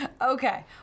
Okay